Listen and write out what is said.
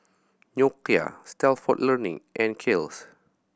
Nokia Stalford Learning and Kiehl's